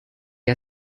are